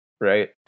right